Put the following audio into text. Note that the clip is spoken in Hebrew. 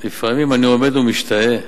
לפעמים אני עומד ומשתאה.